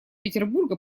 петербурга